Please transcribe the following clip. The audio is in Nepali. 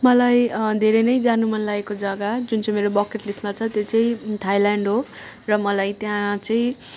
मलाई धेरै नै जानु मन लागेको जगा जुन चाहिँ मेरो बकेट लिस्टमा छ त्यो चाहिँ थाइलेन्ड हो र मलाई त्यहाँ चाहिँ